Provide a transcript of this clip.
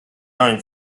name